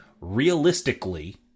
realistically